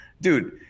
Dude